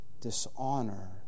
dishonor